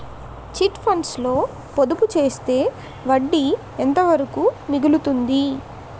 Chit funds లో పొదుపు చేస్తే వడ్డీ ఎంత వరకు మిగులుతుంది?